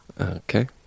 okay